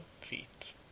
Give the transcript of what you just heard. feet